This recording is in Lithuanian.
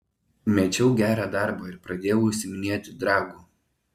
mečiau gerą darbą ir pradėjau užsiiminėti dragu